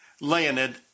Leonid